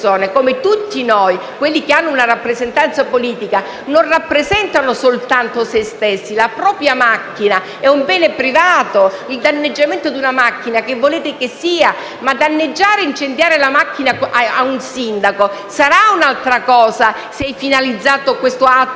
come tutti noi, quelli che hanno una rappresentanza politica, non rappresentano solo se stessi? La propria macchina è un bene privato e il danneggiamento di una macchina che volete che sia; ma danneggiare e incendiare la macchina a un sindaco sarà pure un'altra cosa, se questo atto